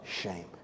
shame